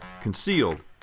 concealed